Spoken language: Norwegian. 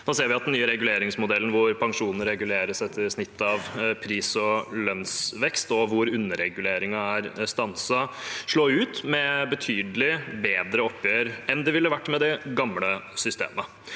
den nye reguleringsmodellen, hvor pensjonene reguleres etter snittet av pris- og lønnsvekst, og hvor underreguleringen er stanset, gir et betydelig bedre oppgjør enn det ville ha vært med det gamle systemet.